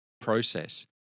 process